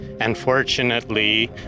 Unfortunately